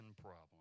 problem